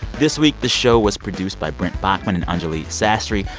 this week, the show was produced by brent baughman and anjuli sastry.